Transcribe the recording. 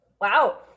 wow